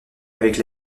avec